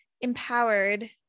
empowered